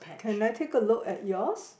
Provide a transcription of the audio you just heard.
can I take a look at yours